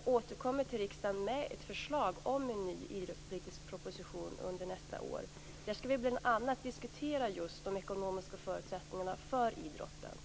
år återkommer jag till riksdagen med ett förslag om en ny idrottspolitisk proposition. Där skall vi bl.a. diskutera de ekonomiska förutsättningarna för idrotten.